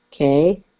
Okay